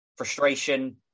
frustration